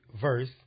verse